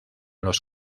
los